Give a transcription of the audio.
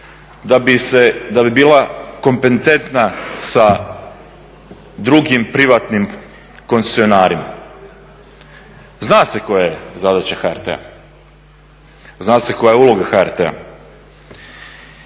da bi se bila kompetentna sa drugim privatnim koncesionarima. Zna se koja je zadaća HRT-a, zna se koja je uloga HRT-a.